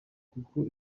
kuko